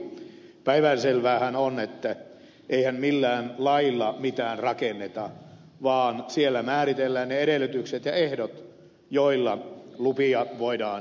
päivänselväähän on että eihän millään lailla mitään rakenneta vaan siellä määritellään ne edellytykset ja ehdot joilla lupia voidaan myöntää